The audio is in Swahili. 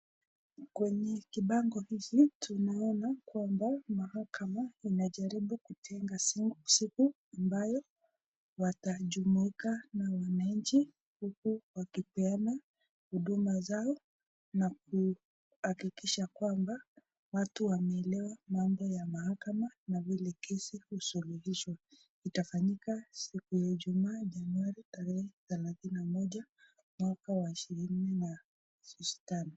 Kwenye kibango hiki tunaona kwamba mahakama inajaribu kujenga siku ambayo watajumuika na wananchi huku wakipeana huduma zao na kuhakikisha kwamba watu wameelewa mambo ya mahakama na vile kesi husuluhishwa. Itafanyika siku ya ijumaa januari tarehe thelathini na moja mwaka wa ishirini na tano.